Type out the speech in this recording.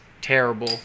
terrible